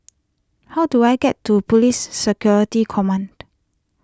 how do I get to Police Security Command